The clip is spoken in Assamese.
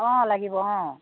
অঁ লাগিব অঁ